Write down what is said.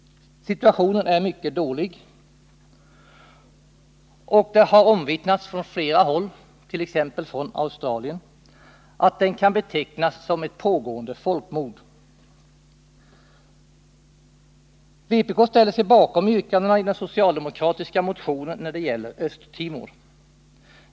Situationen är mycket dålig, och det har omvittnats från flera håll, t.ex. från Australien, att vad som sker kan betecknas som ett pågående folkmord. Vpk ställer sig bakom yrkandena i den socialdemokratiska motionen när det gäller Östtimor.